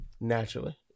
naturally